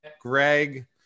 Greg